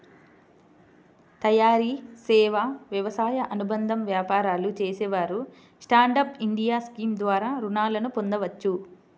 తయారీ, సేవా, వ్యవసాయ అనుబంధ వ్యాపారాలు చేసేవారు స్టాండ్ అప్ ఇండియా స్కీమ్ ద్వారా రుణాలను పొందవచ్చు